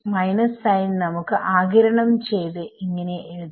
minus sign നമുക്ക് ആഗിരണം ചെയ്ത് ഇങ്ങനെ എഴുതാം